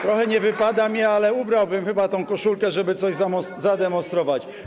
Trochę mi nie wypada, ale ubrałbym chyba tę koszulkę, żeby coś zademonstrować.